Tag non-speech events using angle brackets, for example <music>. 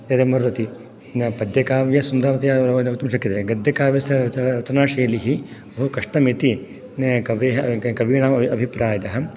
एतत् <unintelligible> पद्यकाव्य सुन्दरतया वक्तुं शक्यते गद्यकाव्यस्य रचनाशैली बहुकष्टम् इति कवयः कवीनाम् अभिप्रायः